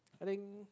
I think